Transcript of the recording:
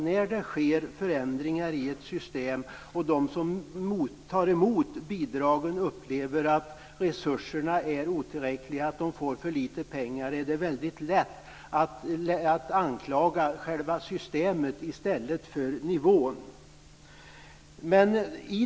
När det sker förändringar i ett system och de som tar emot bidragen upplever att resurserna är otillräckliga och att de får för litet pengar är det klart att det är mycket lätt att anklaga själva systemet i stället för nivån.